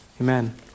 amen